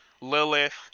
Lilith